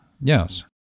yes